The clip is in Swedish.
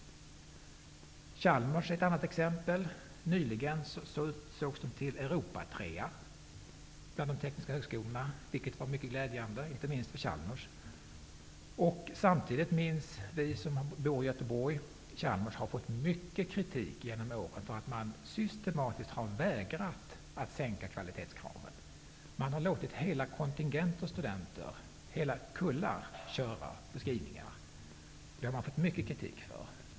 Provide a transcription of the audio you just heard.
Chalmers är ett annat exempel. Nyligen utsågs den till Europatrea bland de tekniska högskolorna, vilket var mycket glädjande, inte minst för Chalmers. Samtidigt minns vi som bor i Göteborg att Chalmers genom åren har fått mycket kritik för att man systematiskt har vägrat att sänka kvalitetskraven. Man har låtit hela kontingenter studenter, hela kullar, köra på skrivningar. Det har man fått mycket kritik för.